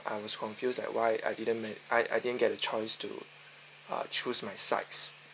I was confused like why I didn't I didn't get a choice to uh choose my sides